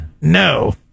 No